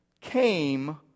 came